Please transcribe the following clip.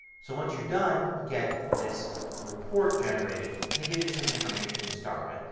so once you're done you get this report generated. and it gives you some information to start with.